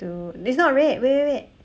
two it's not red wait wait wait